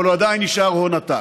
אבל הוא עדיין נשאר הון עתק.